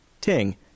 Ting